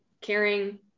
caring